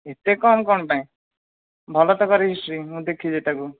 ଏତେ କମ୍ କ'ଣ ପାଇଁ ଭଲ ତ କରେ ହିଷ୍ଟ୍ରି ମୁଁ ଦେଖଛି ତାକୁ